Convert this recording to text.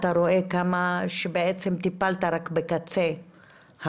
אתה רואה רואה כמה בעצם טיפלת רק בקצה הקרחון.